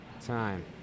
time